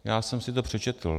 Já jsem si to přečetl.